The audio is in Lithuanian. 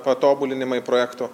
patobulinimai projekto